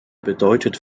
bedeutet